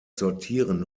sortieren